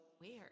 Weird